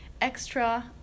extra